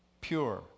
pure